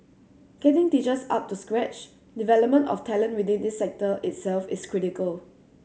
getting teachers up to scratch development of talent within this sector itself is critical